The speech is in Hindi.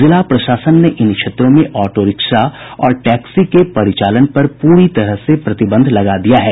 जिला प्रशासन ने इन क्षेत्रों में ऑटो रिक्शा और टैक्सी के परिचालन पर पूरी तरह प्रतिबंध लगा दिया है